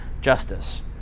justice